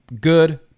good